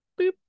Boop